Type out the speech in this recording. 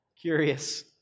curious